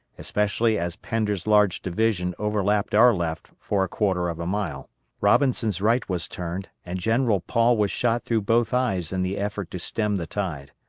especially as pender's large division overlapped our left for a quarter of a mile robinson's right was turned, and general paul was shot through both eyes in the effort to stem the tide.